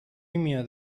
میاد